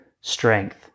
strength